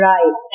Right